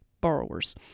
borrowers